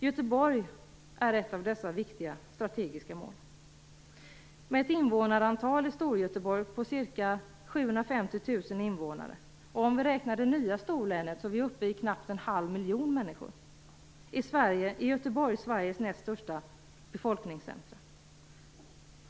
Göteborg är ett av dessa strategiska viktiga mål. invånare - räknar vi det nya storlänet kommer siffran att ligga på knappt en och en halv miljon - är Göteborg Sveriges näst största befolkningscentrum.